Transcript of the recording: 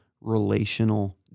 relational